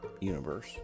universe